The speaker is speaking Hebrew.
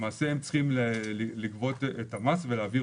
למעשה הם צריכים לגבות את המס ולהעביר